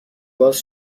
باز